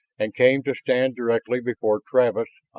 and came to stand directly before travis,